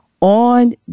On